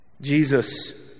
Jesus